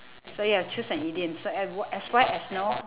so you have choose a idioms so as w~ as white as snow